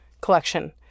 collection